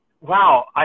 wow